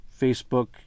Facebook